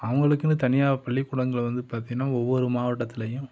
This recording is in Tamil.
அவங்களுக்குன்னு தனியாக பள்ளிக்கூடங்கள் வந்து பார்த்திங்கன்னா ஒவ்வொரு மாவட்டத்திலையும்